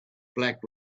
black